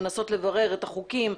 מנסות לברר את החוקים,